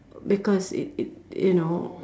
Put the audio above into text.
because it it you know